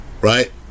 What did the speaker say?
Right